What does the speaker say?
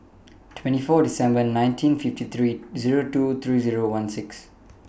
twenty four December nineteen fifty three Zero two three Zero one six